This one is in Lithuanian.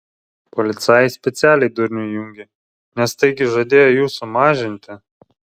policajai specialiai durnių įjungė nes taigi žadėjo jų sumažinti